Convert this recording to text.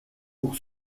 pour